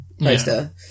poster